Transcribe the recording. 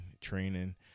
training